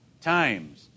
times